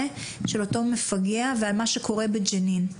של אותו מפגע ועל מה שקורה בג'נין.